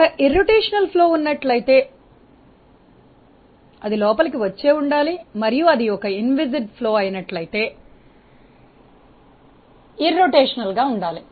ఒక భ్రమణ ప్రవాహం ఉన్నట్లయితే అది లోపలికి వచ్చే ఉండాలి మరియు అది ఒక ఇన్విస్సిడ్ ప్రవాహం అయినట్లయితే అది ఇరోటేషనల్ గా ఉండాలి